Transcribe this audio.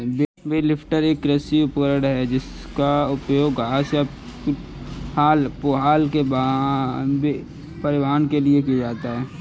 bell lifter एक कृषि उपकरण है जिसका उपयोग घास या पुआल के परिवहन के लिए किया जाता है